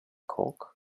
cock